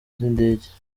z’indege